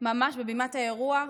ממש על במת האירוע: